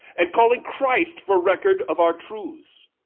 and calling christ for record of our truths?